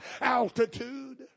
altitude